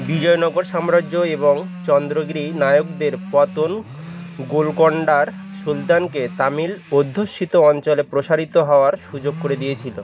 বিজয়নগর সাম্রাজ্য এবং চন্দ্রগিরি নায়কদের পতন গোলকোণ্ডার সুলতানকে তামিল অধ্যুষিত অঞ্চলে প্রসারিত হওয়ার সুযোগ করে দিয়েছিল